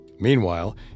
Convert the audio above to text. Meanwhile